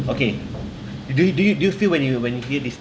okay do you do you do you feel when you when you hear this